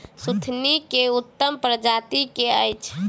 सुथनी केँ उत्तम प्रजाति केँ अछि?